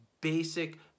basic